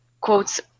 quotes